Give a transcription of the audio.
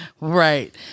Right